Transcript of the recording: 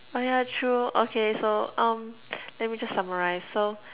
oh yeah true okay so um let me just summarize so